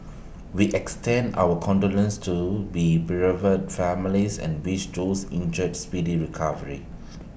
we extend our condolences to bereaved families and wish those injured A speedy recovery